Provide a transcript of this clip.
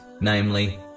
namely